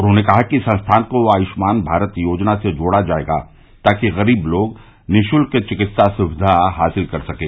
उन्होंने कहा कि संस्थान को आयुष्मान भारत योजना से जोड़ा जाएगा ताकि गरीब लोग निशुल्क चिकित्सा सुविधा हासिल कर सकें